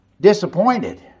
disappointed